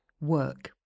Work